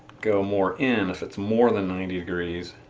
go more in if it's more than ninety degrees.